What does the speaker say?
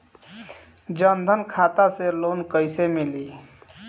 जन धन खाता से लोन कैसे मिली?